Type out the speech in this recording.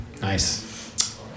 Nice